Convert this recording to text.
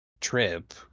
trip